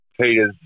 Peter's